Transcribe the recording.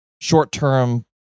short-term